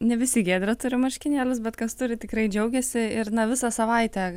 ne visi giedre turi marškinėlius bet kas turi tikrai džiaugiasi ir na visą savaitę